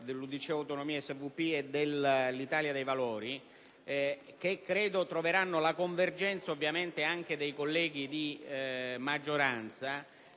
dell'UDC-SVP-Aut e dell'Italia del Valori), che credo troveranno la convergenza ovviamente anche dei colleghi di maggioranza,